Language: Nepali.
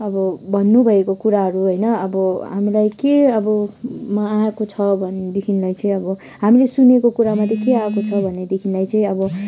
अब भन्नुभएको कुराहरू होइन अब हामीलाई के अब मा आएको छ भने देखिलाई चाहिँ अब हामीले सुनेको कुरामा चाहिँ के आएको छ भने देखिलाई चाहिँ अब